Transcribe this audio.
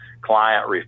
client